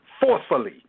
forcefully